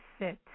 sit